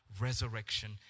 resurrection